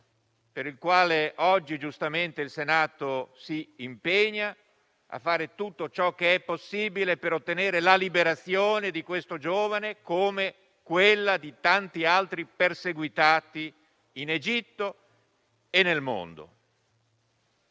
per il quale oggi, giustamente, il Senato si impegna a fare tutto ciò che è possibile al fine di ottenere la liberazione di questo giovane, come quella di tanti altri perseguitati, in Egitto e nel mondo.